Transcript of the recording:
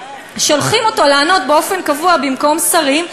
שולחים אותו לענות באופן קבוע במקום שרים,